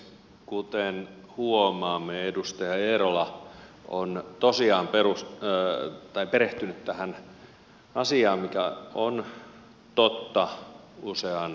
kuten huomaamme edustaja eerola on tosiaan perehtynyt tähän asiaan mikä on totta usean suomalaisen kohdalla